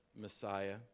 Messiah